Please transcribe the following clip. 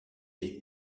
est